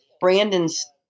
Brandon's